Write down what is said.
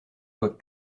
vois